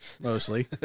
Mostly